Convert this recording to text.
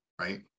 right